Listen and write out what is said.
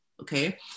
okay